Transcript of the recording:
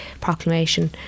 proclamation